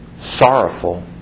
sorrowful